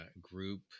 group